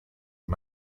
are